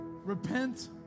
repent